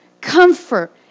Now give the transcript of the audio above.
comfort